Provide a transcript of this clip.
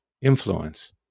influence